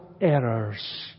errors